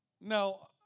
Now